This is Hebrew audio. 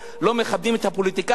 לא מכבדים את הפוליטיקאים.